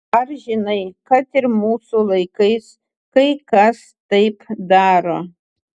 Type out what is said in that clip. ai žinai kad ir mūsų laikais kai kas taip daro